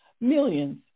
Millions